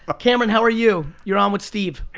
ah cameron, how are you? you're on with steph. good,